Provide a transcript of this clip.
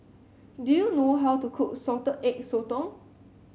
do you know how to cook Salted Egg Sotong